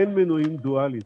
אין מנועים דואליים,